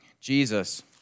Jesus